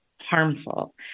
harmful